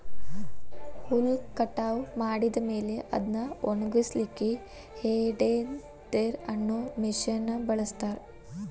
ಹುಲ್ಲ್ ಕಟಾವ್ ಮಾಡಿದ ಮೇಲೆ ಅದ್ನ ಒಣಗಸಲಿಕ್ಕೆ ಹೇ ಟೆಡ್ದೆರ್ ಅನ್ನೋ ಮಷೇನ್ ನ ಬಳಸ್ತಾರ